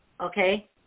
okay